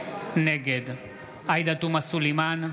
נגד עאידה תומא סלימאן,